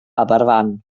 aberfan